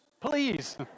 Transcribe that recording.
please